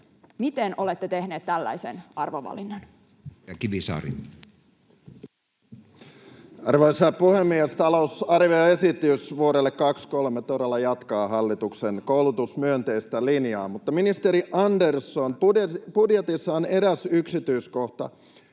vuodelle 2023 Time: 10:34 Content: Arvoisa puhemies! Talousarvioesitys vuodelle 2023 todella jatkaa hallituksen koulutusmyönteistä linjaa, mutta, ministeri Andersson, budjetissa on eräs yksityiskohta,